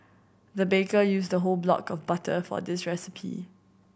the baker used the whole block of butter for this recipe